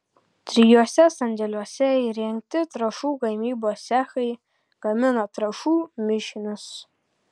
trijuose sandėliuose įrengti trąšų gamybos cechai gamina trąšų mišinius